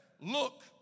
look